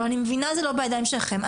אני מבינה שזה לא בידיים שלכם.